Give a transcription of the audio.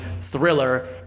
thriller